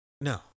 No